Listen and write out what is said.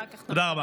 תודה רבה.